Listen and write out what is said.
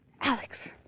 Alex